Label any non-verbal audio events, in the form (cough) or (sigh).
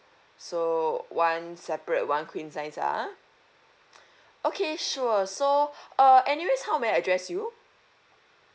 so one separate one queen size ah (breath) okay sure so uh anyways how may I address you